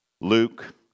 Luke